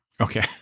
Okay